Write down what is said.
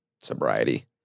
sobriety